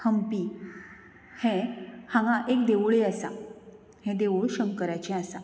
हंपी हें हांगा एक देवुळूय आसा हें देवूळ शंकराचें आसा